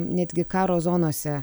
netgi karo zonose